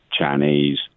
Chinese